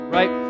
Right